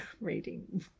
reading